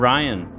Ryan